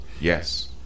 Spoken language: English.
Yes